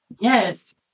Yes